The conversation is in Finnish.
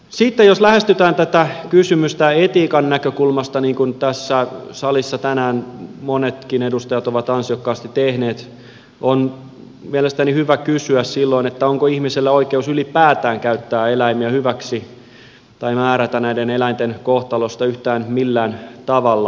sitten jos lähestytään tätä kysymystä etiikan näkökulmasta niin kuin tässä salissa tänään monetkin edustajat ovat ansiokkaasti tehneet on mielestäni hyvä kysyä silloin onko ihmisellä oikeus ylipäätään käyttää eläimiä hyväksi tai määrätä näiden eläinten kohtalosta yhtään millään tavalla